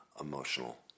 emotional